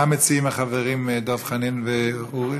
מה מציעים החברים דב חנין ואורי